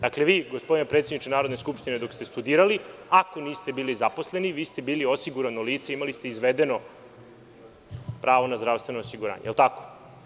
Dakle, vi gospodine predsedniče Narodne skupštine dok ste studirali, ako niste bili zaposleni, bili ste osigurano lice imali ste izvedeno pravo na zdravstveno osiguranje, jel tako?